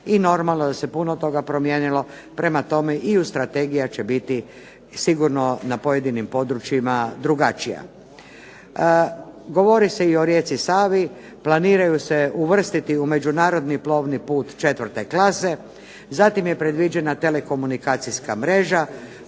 I normalno da se puno toga promijenilo prema tome i u strategiji jer će biti sigurno na pojedinim područjima drugačija. Govori se i o rijeci Savi. Planiraju se uvrstiti u međunarodni plovni put četvrte klase. Zatim je predviđena telekomunikacijska mreža.